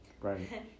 Right